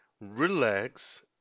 relax